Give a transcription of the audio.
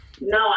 No